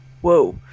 whoa